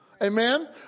Amen